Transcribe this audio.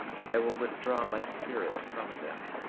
and i will withdraw my spirit from them,